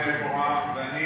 ואני